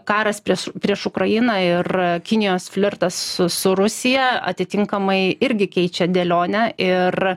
karas prieš prieš ukrainą ir kinijos flirtas su su rusija atitinkamai irgi keičia dėlionę ir